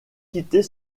quitter